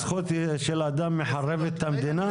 זכות של אדם מחרבת את המדינה?